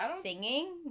singing